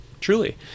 truly